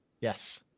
Yes